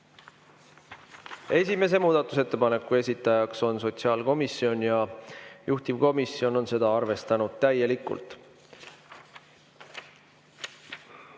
Esimese muudatusettepaneku esitaja on sotsiaalkomisjon ja juhtivkomisjon on seda arvestanud täielikult.